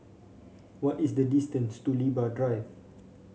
what is the distance to Libra Drive